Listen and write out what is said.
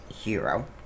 Hero